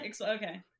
Okay